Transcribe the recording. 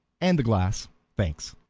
and the glass thanks.